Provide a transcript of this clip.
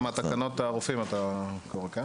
אתה קורא מתקנות הרופאים, כן?